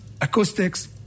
acoustics